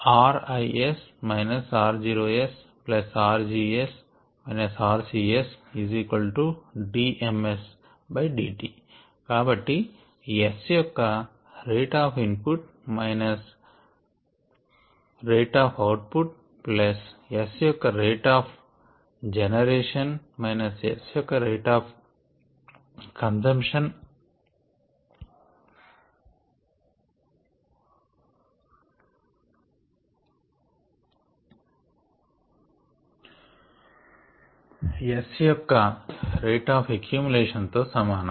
riS roSrgS rcSddt కాబట్టి S యొక్క rate of input minus యొక్క rate of output plus S యొక్క rate of generation minus S యొక్క rate of consumption S యొక్క rate of accumulation తో సమానము